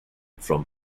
from